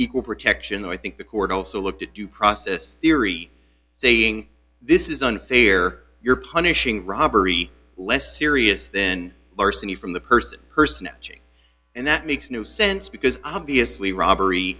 equal protection and i think the court also look to due process theory saying this is unfair you're punishing robbery less serious than larceny from the person personnel and that makes no sense because obviously robbery